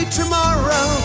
tomorrow